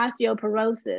osteoporosis